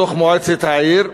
בתוך מועצת העיר,